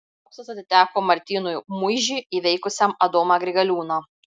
auksas atiteko martynui muižiui įveikusiam adomą grigaliūną